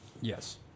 Yes